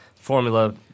formula